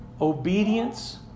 Obedience